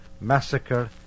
massacre